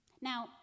Now